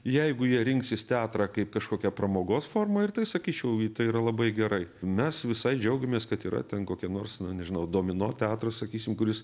jeigu jie rinksis teatrą kaip kažkokią pramogos formą ir tai sakyčiau tai yra labai gerai mes visai džiaugiamės kad yra ten kokie nors na nežinau domino teatras sakysim kuris